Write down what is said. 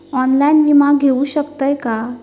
Online विमा घेऊ शकतय का?